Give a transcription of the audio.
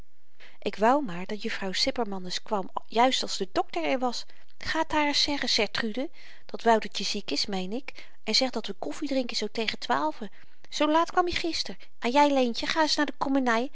ik wou maar dat jufvrouw sipperman eens kwam juist als de dokter er was ga t haar eens zeggen sertrude dat woutertje ziek is meen ik en zeg dat we koffidrinken zoo tegen twaalfe zoo laat kwam i gister en jy leentje ga eens na de kommeny